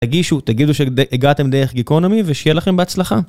תגישו, תגידו שהגעתם דרך גיקונומי ושיהיה לכם בהצלחה.